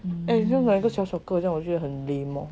and 弄一个小小个我觉得很 lame eh